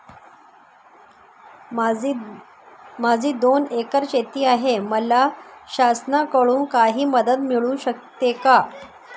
माझी दोन एकर शेती आहे, मला शासनाकडून काही मदत मिळू शकते का?